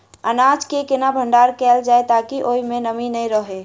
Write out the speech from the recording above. अनाज केँ केना भण्डारण कैल जाए ताकि ओई मै नमी नै रहै?